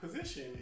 position